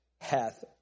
hath